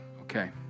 Okay